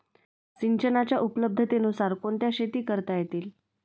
सिंचनाच्या उपलब्धतेनुसार कोणत्या शेती करता येतील?